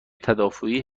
تدافعی